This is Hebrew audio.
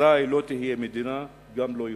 אזי לא תהיה מדינה, גם לא יהודית.